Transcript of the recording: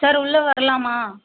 sir உள்ளே வரலாமா